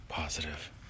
positive